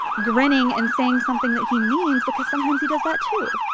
grinning and saying something that he means because sometimes he does that too?